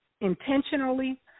intentionally